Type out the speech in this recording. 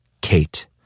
Kate